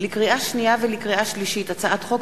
לקריאה שנייה ולקריאה שלישית: הצעת חוק